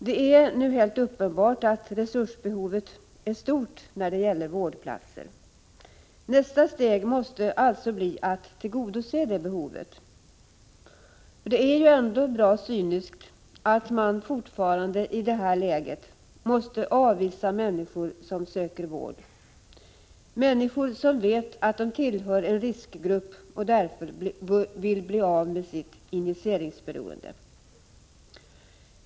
Det är helt uppenbart att resursbehovet är stort när det gäller vårdplatser. Nästa steg måste bli att tillgodose detta behov. Det är mycket cyniskt att man fortfarande, i det här läget, måste avvisa människor som söker vård, människor som vet att de tillhör en riskgrupp och därför vill bli av med sitt injiceringsberoende.